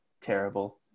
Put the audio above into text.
terrible